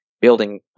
building